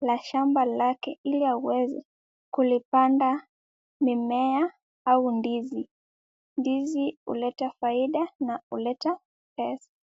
la shamba lake, ili aweze kulipanda mimea au ndizi. Ndizi huleta faida na huleta pesa.